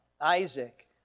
Isaac